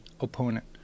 opponent